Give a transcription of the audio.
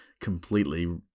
completely